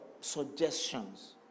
suggestions